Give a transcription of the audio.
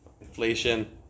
Inflation